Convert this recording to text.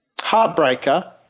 Heartbreaker